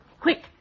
Quick